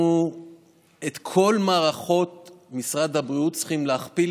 את כל מערכות משרד הבריאות אנחנו צריכים להכפיל